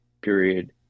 period